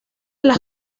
las